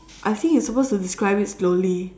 I think you're supposed to describe it slowly